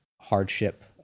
hardship